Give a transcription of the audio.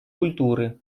культуры